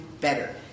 better